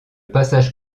passage